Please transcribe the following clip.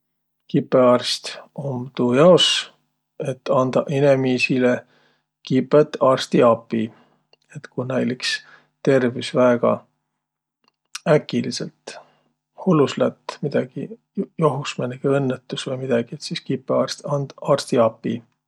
Kipõarst um tuujaos, et andaq inemiisile kipõt arstiapi. Et ku näil iks tervüs väega äkilidselt hullus lätt, midägi johus määnegi õnnõtus vai midägi, et sis kipõarst and arstiapi.